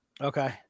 Okay